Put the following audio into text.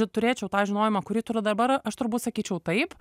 turėčiau tą žinojimą kurį turiu dabar aš turbūt sakyčiau taip